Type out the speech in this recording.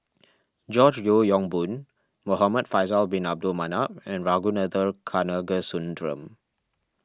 George Yeo Yong Boon Muhamad Faisal Bin Abdul Manap and Ragunathar Kanagasuntheram